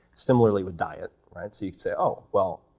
similarly with diet, right, so you can say, oh, well,